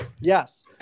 Yes